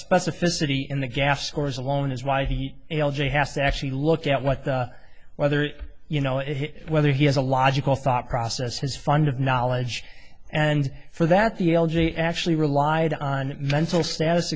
specificity in the gas scores alone is why he has to actually look at what the weather you know whether he has a logical thought process his fund of knowledge and for that the l g actually relied on mental status